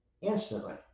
instantly